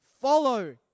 Follow